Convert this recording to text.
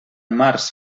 març